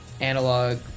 analog